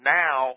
now